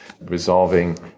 resolving